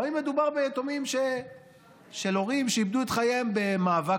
או האם מדובר ביתומים מהורים שאיבדו את חייהם במאבק